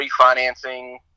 refinancing